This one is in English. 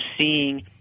seeing